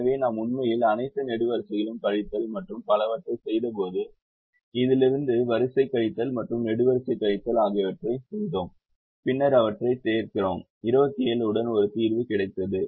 எனவே நாம் உண்மையில் அனைத்து நெடுவரிசைகளையும் கழித்தல் மற்றும் பலவற்றைச் செய்தபோது இதிலிருந்து வரிசைக் கழித்தல் மற்றும் நெடுவரிசைக் கழித்தல் ஆகியவற்றைச் செய்தோம் பின்னர் அவற்றைத் தீர்க்கிறோம் 27 உடன் ஒரு தீர்வு கிடைத்தது